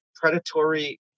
predatory